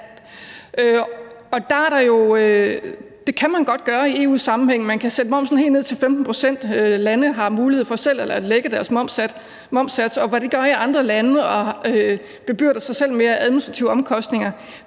det kan man godt gøre i EU-sammenhænge. Man kan sætte momsen helt ned til 15 pct., EU-lande har mulighed for selv at lægge deres momssatser, og hvad de gør i andre lande og bebyrder sig med af administrative omkostninger,